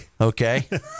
Okay